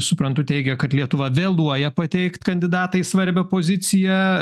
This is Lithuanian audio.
suprantu teigia kad lietuva vėluoja pateikt kandidatą į svarbią poziciją